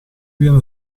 viene